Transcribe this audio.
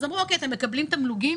אז אמרו: אתם מקבלים תמלוגים?